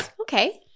Okay